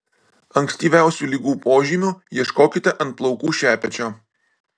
ankstyviausių ligų požymių ieškokite ant plaukų šepečio